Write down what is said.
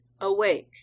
awake